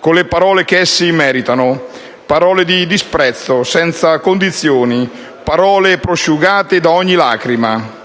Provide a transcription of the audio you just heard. con le parole che essi meritano, parole di disprezzo senza condizioni, parole prosciugate da ogni lacrima.